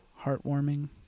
heartwarming